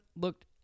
looked